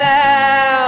now